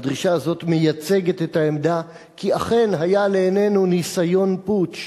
והדרישה הזאת מייצגת את העמדה כי אכן היה לעינינו ניסיון פוטש,